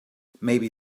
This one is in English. maybe